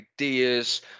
ideas